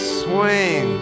swing